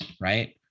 right